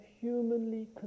humanly